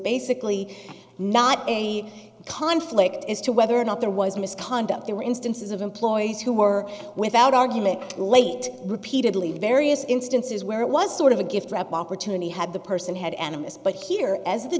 basically not a conflict as to whether or not there was misconduct there were instances of employees who were without argument late repeatedly in various instances where it was sort of a gift wrap opportunity had the person had enemies but here as the